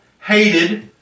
hated